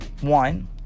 One